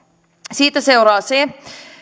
siitä seuraa se